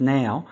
now